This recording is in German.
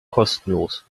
kostenlos